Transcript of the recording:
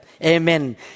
Amen